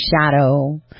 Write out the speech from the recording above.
shadow